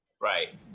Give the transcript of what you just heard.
Right